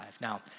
Now